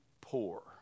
poor